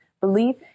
belief